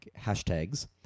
hashtags